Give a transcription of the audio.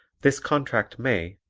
this contract may,